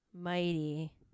mighty